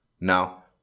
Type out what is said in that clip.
Now